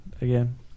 again